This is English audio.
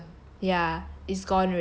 ya it's gone already